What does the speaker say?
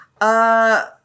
Uh-